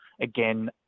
again